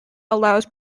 allows